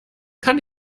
kann